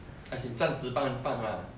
as in 暂时帮你放啊